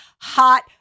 hot